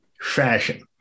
fashion